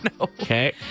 Okay